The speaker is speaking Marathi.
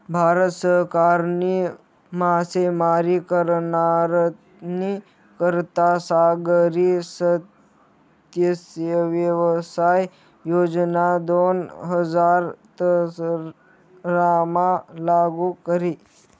भारत सरकारनी मासेमारी करनारस्नी करता सागरी मत्स्यव्यवसाय योजना दोन हजार सतरामा लागू करी